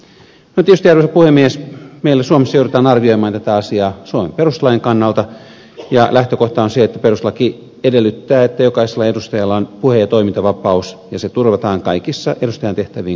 tietysti arvoisa puhemies meillä suomessa joudutaan arvioimaan tätä asiaa suomen perustuslain kannalta ja lähtökohta on se että perustuslaki edellyttää että jokaisella edustajalla on puhe ja toimintavapaus ja se turvataan kaikissa edustajan tehtäviin kuuluvissa toimissa